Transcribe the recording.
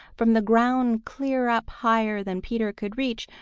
from the ground clear up higher than peter could reach,